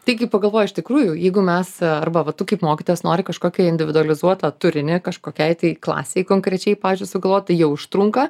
tai kai pagalvoji iš tikrųjų jeigu mes arba va tu kaip mokytojas nori kažkokį individualizuotą turinį kažkokiai tai klasei konkrečiai pavyzdžiui sugalvot tai jau užtrunka